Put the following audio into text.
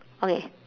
okay